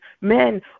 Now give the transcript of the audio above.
men